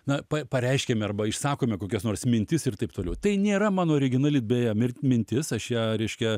na pareiškiame arba išsakome kokias nors mintis ir taip toliau tai nėra mano originali beje mir mintis aš ją reiškia